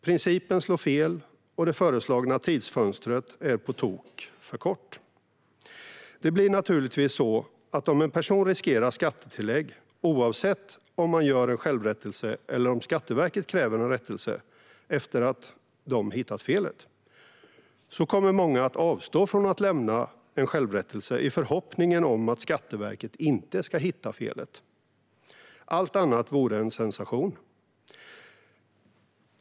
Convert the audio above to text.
Principen slår fel, och det föreslagna tidsfönstret är på tok för kort. Om en person riskerar skattetillägg, oavsett om man gör en självrättelse eller om Skatteverket kräver en rättelse efter att de har hittat felet, kommer många att avstå från att lämna en självrättelse i förhoppningen om att Skatteverket inte ska hitta felet. Allt annat vore en sensation.